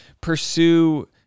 pursue